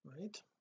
right